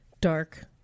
dark